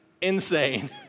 insane